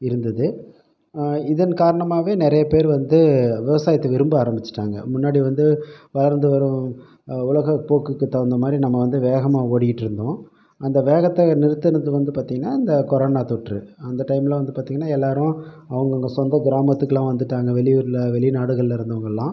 இருந்தது இதன் காரணமாகவே நிறைய பேர் வந்து விவசாயத்தை விரும்ப ஆரமிச்சுட்டாங்க முன்னாடி வந்து வளர்ந்து வரும் உலக போக்குக்கு தகுந்த மாதிரி நம்ம வந்து வேகமாக ஓடிக்கிட்ருந்தோம் அந்த வேகத்தை நிறுத்தினது வந்து பார்த்திங்கனா இந்த கொரோனா தொற்று அந்த டைமில் வந்து பார்த்திங்கனா எல்லோரும் அவங்கவுங்க சொந்த கிராமத்துக்கெலாம் வந்துட்டாங்க வெளியூரில் வெளிநாடுகளில் இருந்தவங்கள்லாம்